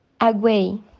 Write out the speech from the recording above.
away